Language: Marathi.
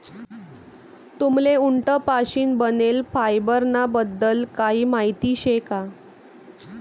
तुम्हले उंट पाशीन बनेल फायबर ना बद्दल काही माहिती शे का?